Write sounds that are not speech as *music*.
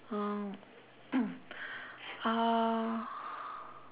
oh *coughs* uh